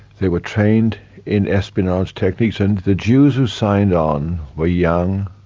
they were trained in espionage tactics and the jews who signed on were young,